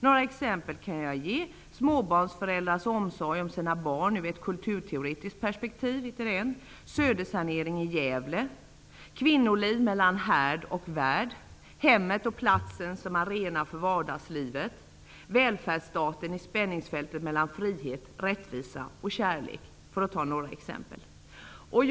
Jag kan ge några exempel: Småbarnsföräldrars omsorg om sina barn ur ett kulturteoretiskt perspektiv, Södersanering i Gävle, Kvinnoliv mellan härd och värld, Hemmet och platsen som arena för vardagslivet samt Välfärdsstaten i spänningsfältet mellan frihet, rättvisa och kärlek. Herr talman!